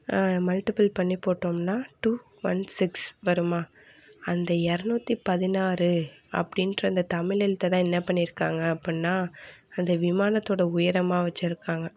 multiply பண்ணி போட்டோம்னா two one six வருமா அந்த எரநூற்றி பதினாறு அப்படின்ற அந்த தமிழ் எழுத்தை தான் என்ன பண்ணிருக்காங்க அப்பிடின்னா அந்த விமானத்தோட உயரமாக வச்சிருக்காங்க